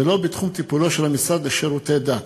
זה לא בתחום טיפולו של המשרד לשירותי דת.